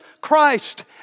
Christ